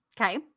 Okay